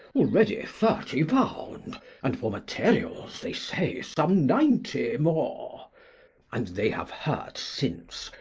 already thirty pound and for materials, they say, some ninety more and they have heard since,